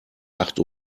acht